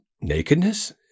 nakedness